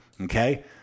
Okay